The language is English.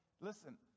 listen